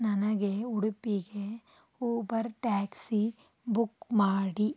ನನಗೆ ಉಡುಪಿಗೆ Uber taxi book ಮಾಡಿ